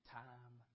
time